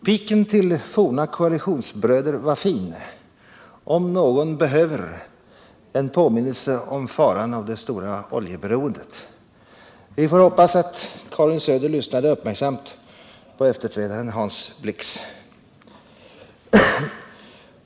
Piken till forna koalitionsbröder var fin: ”om någon behöver” en påminnelse om faran med det stora oljeberoendet! Vi får hoppas att Karin Söder lyssnade uppmärksamt på efterträdaren Hans Blix.